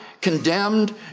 condemned